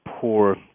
poor